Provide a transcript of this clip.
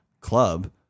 club